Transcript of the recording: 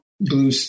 blue